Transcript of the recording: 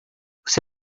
você